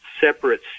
separate